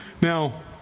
Now